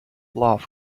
love